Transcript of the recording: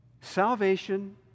Salvation